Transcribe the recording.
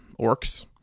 orcs